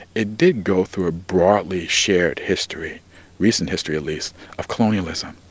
it did go through a broadly shared history recent history, at least of colonialism.